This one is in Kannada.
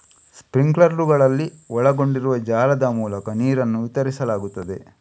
ಸ್ಪ್ರಿಂಕ್ಲರುಗಳಲ್ಲಿ ಒಳಗೊಂಡಿರುವ ಜಾಲದ ಮೂಲಕ ನೀರನ್ನು ವಿತರಿಸಲಾಗುತ್ತದೆ